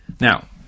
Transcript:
Now